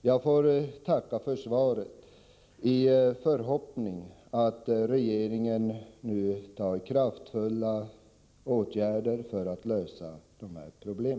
Jag får tacka för svaret, i förhoppning om att regeringen nu vidtar kraftfulla åtgärder för att lösa dessa problem.